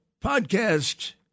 podcast